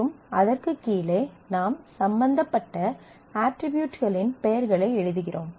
மற்றும் அதற்குக் கீழே நாம் சம்பந்தப்பட்ட அட்ரிபியூட்களின் பெயர்களை எழுதுகிறோம்